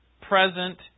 present